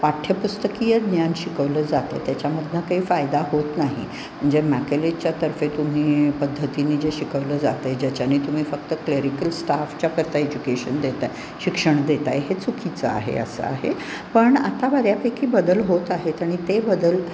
पाठ्यपुस्तकीय ज्ञान शिकवलं जातं त्याच्यामधनं काही फायदा होत नाही म्हणजे मॅकॅलिजच्यातर्फे तुम्ही पद्धतीनी जे शिकवलं जातं आहे ज्याच्याने तुम्ही फक्त क्लेरिकल स्टाफच्या प्रता एज्युकेशन देत आहे शिक्षण देत आहे हे चुकीचं आहे असं आहे पण आता बऱ्यापैकी बदल होत आहेत आणि ते बदल